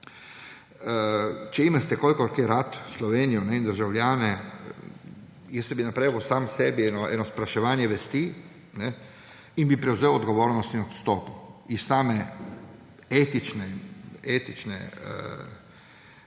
če imate koliko rad Slovenijo in državljane, jaz se bi napravil sam sebi eno spraševanje vesti in bi prevzel odgovornost in odstopil. Iz etičnega